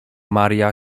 maria